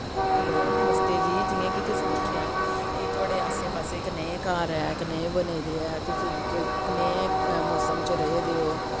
hello नमस्ते जी जियां की तुसें पुच्छेआ कि थोआड़े आस्से पास्से कनेह् घर ऐ कनेह् बने दे ऐ तुस कनेह् मौसम च रेह् दे ओ